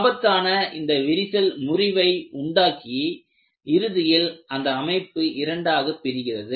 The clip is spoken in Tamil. ஆபத்தான இந்த விரிசல் முறிவை உண்டாக்கி இறுதியில் அந்த அமைப்பு இரண்டாகப் பிரிகிறது